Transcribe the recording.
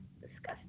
disgusting